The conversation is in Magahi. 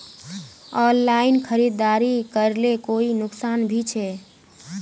ऑनलाइन खरीदारी करले कोई नुकसान भी छे?